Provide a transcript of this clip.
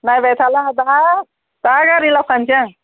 नायबाय थाला दा गारि लाबोखानोसै आं